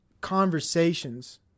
conversations